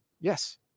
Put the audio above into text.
Yes